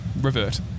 revert